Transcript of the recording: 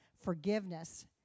forgiveness